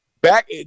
back